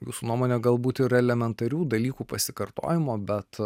jūsų nuomone galbūt ir elementarių dalykų pasikartojimo bet